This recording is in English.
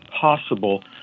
possible